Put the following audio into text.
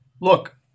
Look